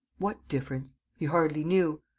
what difference? he hardly knew.